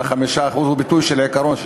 5% הוא ביטוי של עיקרון,